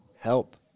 help